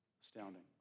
Astounding